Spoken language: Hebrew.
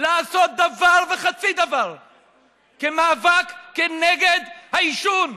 לעשות דבר וחצי דבר במאבק נגד העישון.